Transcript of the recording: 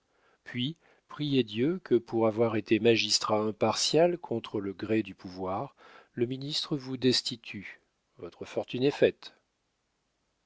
puis priez dieu que pour avoir été magistrat impartial contre le gré du pouvoir le ministre vous destitue votre fortune est faite